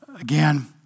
again